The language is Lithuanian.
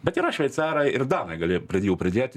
bet yra šveicarai ir danai gali jų pridėt